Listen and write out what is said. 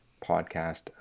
podcast